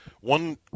one